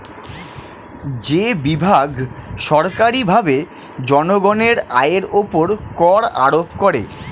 যে বিভাগ সরকারীভাবে জনগণের আয়ের উপর কর আরোপ করে